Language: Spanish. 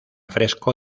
fresco